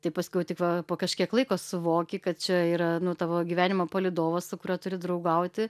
tai paskiau tik va po kažkiek laiko suvoki kad čia yra nu tavo gyvenimo palydovas su kuriuo turi draugauti